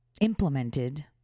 implemented